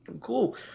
Cool